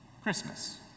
Christmas